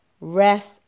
rest